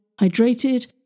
hydrated